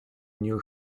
new